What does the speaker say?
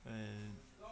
এই